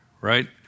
right